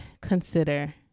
consider